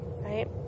right